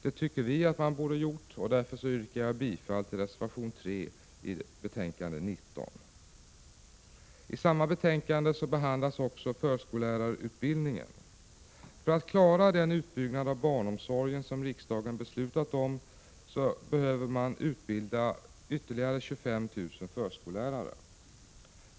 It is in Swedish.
Det tycker vi att man borde ha gjort, och därför yrkar jag bifall till reservation 3 i betänkande 19. I samma betänkande behandlas också förskollärarutbildningen. För att den utbyggnad av barnomsorgen som riksdagen har beslutat om skall klaras behöver ytterligare 25 000 förskollärare utbildas.